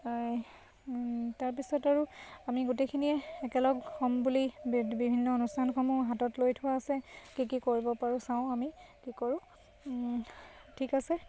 এই তাৰপিছত আৰু আমি গোটেইখিনিয়ে একেলগ হ'ম বুলি বিভিন্ন অনুষ্ঠানসমূহ হাতত লৈ থোৱা আছে কি কি কৰিব পাৰোঁ চাওঁ আমি কি কৰোঁ ঠিক আছে